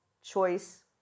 choice